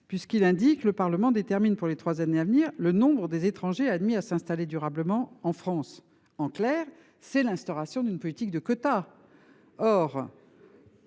puisqu’il est écrit que :« Le Parlement détermine, pour les trois années à venir, le nombre des étrangers admis à s’installer durablement en France. » En clair, c’est l’instauration d’une politique de quotas